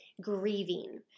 grieving